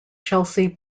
chelsea